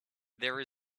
there